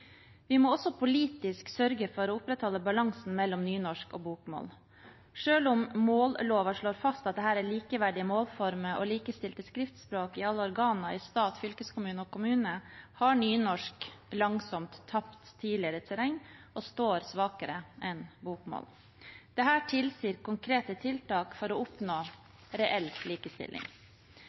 Vi må også politisk sørge for å opprettholde balansen mellom nynorsk og bokmål. Selv om mållova slår fast at dette er likeverdige målformer og likestilte skriftspråk i alle organer i stat, fylkeskommune og kommune, har nynorsk langsomt tapt tidligere terreng og står svakere enn bokmål. Dette tilsier konkrete tiltak for å oppnå reell likestilling.